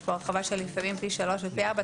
יש פה הרחבה של לפעמים פי שלושה ופי ארבעה,